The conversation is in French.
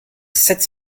sept